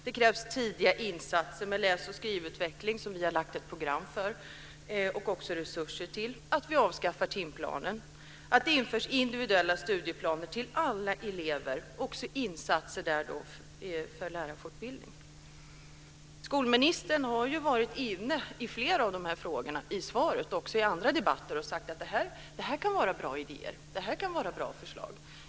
Det krävs tidiga insatser för läs och skrivutveckling, som vi har lagt fram ett program för och också resurser till. Det krävs att vi avskaffar timplanen och att det införs individuella studieplaner för alla elever. Det krävs också insatser för lärarfortbildning. Skolministern var inne på flera av dessa frågor i svaret. Han har också i andra debatter sagt att det kan vara bra idéer och förslag.